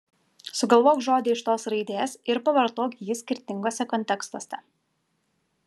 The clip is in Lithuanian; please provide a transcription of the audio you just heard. sugalvok žodį iš tos raidės ir pavartok jį skirtinguose kontekstuose